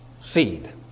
Seed